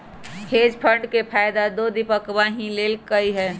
hedge fund के फायदा तो दीपकवा ही लेल कई है